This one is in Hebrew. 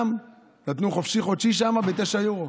גם נתנו חופשי-חודשי שם ב-9 אירו.